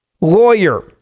lawyer